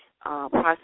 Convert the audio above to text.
Process